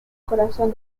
corazón